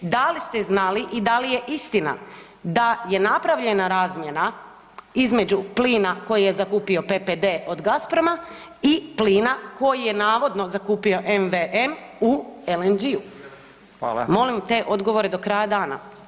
Da li ste znali i da li je istina da je napravljena razmjena između plina koji je zakupio PPD od Gazproma i plina koji je navodno zakupio MVM u LNG-u? [[Upadica: Hvala.]] Molim te odgovore do kraja dana.